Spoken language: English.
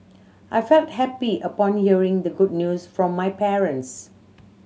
I felt happy upon hearing the good news from my parents